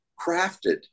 crafted